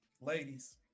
ladies